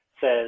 says